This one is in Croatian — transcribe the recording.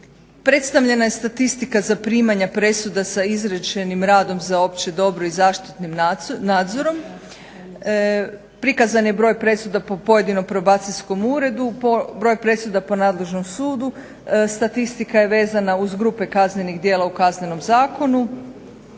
Predstavljena je statistika zaprimanja presuda sa izrečenim radom za opće dobro i zaštitnim nadzorom. Prikazan je broj presuda po pojedinom probacijskom uredu, broj presuda po nadležnom sudu. Statistika je vezana uz grupe kaznenih djela u Kaznenom zakonu,